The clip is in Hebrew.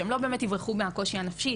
שהם לא באמת יברחו מהקושי הנפשי,